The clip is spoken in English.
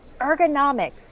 ergonomics